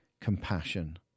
compassion